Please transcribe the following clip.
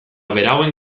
berauen